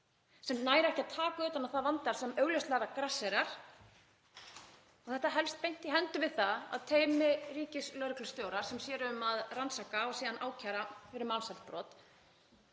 sem nær ekki að taka utan um þann vanda sem augljóslega grasserar. Þetta helst beint í hendur við það að teymi ríkislögreglustjóra sem sér um að rannsaka og síðan ákæra fyrir mansalsbrot